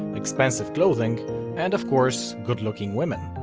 expensive clothing and, of course, good looking women.